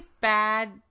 bad